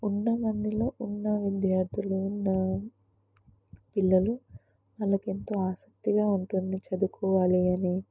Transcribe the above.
ఉన్న మందిలో ఉన్న విద్యార్థులు ఉన్న పిల్లలు వాళ్ళకు ఎంతో ఆసక్తిగా ఉంటుంది చదువుకోవాలి అని